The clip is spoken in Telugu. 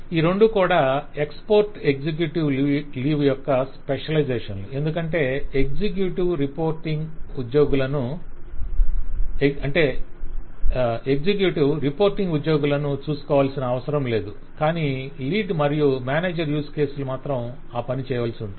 ఈ రెండూ కూడా ఎక్స్పోర్ట్ ఎగ్జిక్యూటివ్ లీవ్ యొక్క స్పెషలైజషన్ లు ఎందుకంటే ఎగ్జిక్యూటివ్ రిపోర్టింగ్ ఉద్యోగులను చూసుకోవలసిన అవసరం లేదు కానీ లీడ్ మరియు మేనేజర్ యూస్ కేసులు మాత్రం ఆ పని చేయవలసి ఉంటుంది